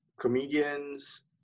comedians